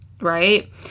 right